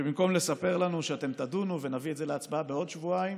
שבמקום לספר לנו שאתם תדונו ונביא את זה להצבעה בעוד שבועיים,